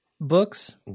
books